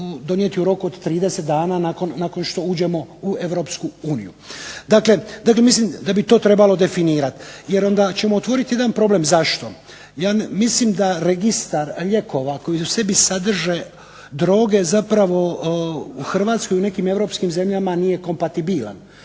donijeti u roku od 30 dana nakon što uđemo u Europsku uniju. Dakle, mislim da bi to trebalo definirati. Jer onda ćemo otvoriti jedan problem. Zašto? Ja mislim da registar lijekova koji u sebi sadrže droge zapravo u Hrvatskoj i u nekim europskim zemljama nije kompatibilan,